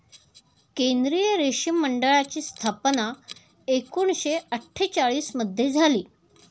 केंद्रीय रेशीम मंडळाची स्थापना एकूणशे अट्ठेचालिश मध्ये झाली